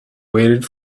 waited